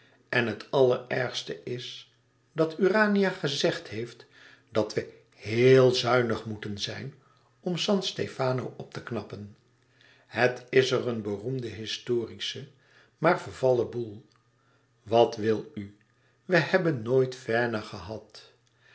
en het allerergste is dat urania gezegd heeft dat we heél zuinig moeten zijn om san stefano op te knappen het is er een beroemde historische maar vervallen boel wat wil u we hebben nooit veine gehad